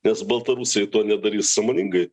nes baltarusiai to nedarys sąmoningai